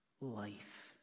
life